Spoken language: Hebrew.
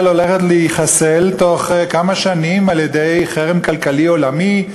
הולכת להתחסל בתוך כמה שנים על-ידי חרם כלכלי עולמי,